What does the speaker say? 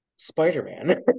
spider-man